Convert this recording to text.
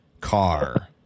car